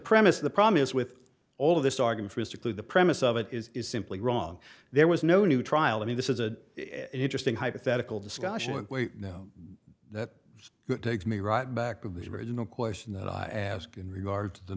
premise of the problem is with all of this argument mystically the premise of it is simply wrong there was no new trial i mean this is a interesting hypothetical discussion that takes me right back of the original question that i ask in regard to